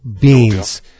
Beans